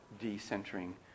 de-centering